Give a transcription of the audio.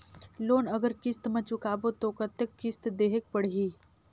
Loan अगर किस्त म चुकाबो तो कतेक किस्त देहेक पढ़ही?